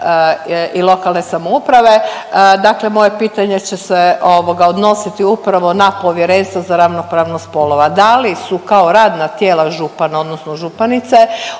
i lokalne samouprave, dakle moje pitanje će se ovoga odnositi upravo na Povjerenstvo za ravnopravnost spolova. Da li su kao radna tijela župana odnosno županice